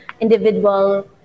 individual